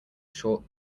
short